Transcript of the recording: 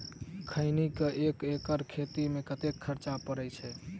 खैनी केँ एक एकड़ खेती मे कतेक खर्च परै छैय?